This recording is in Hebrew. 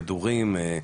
כדורים,